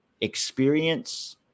experience